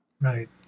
Right